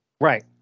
Right